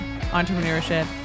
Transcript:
entrepreneurship